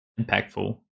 impactful